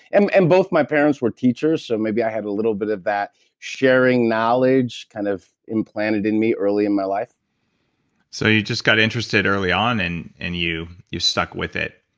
and and both my parents were teachers so maybe i have a little bit of that sharing knowledge kind of implanted in me early in my life so, you just got interested early on and and you you stuck with it.